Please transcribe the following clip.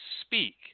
speak